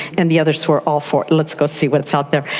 and the others were all for it let's go see what's out there.